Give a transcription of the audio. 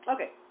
Okay